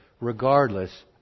regardless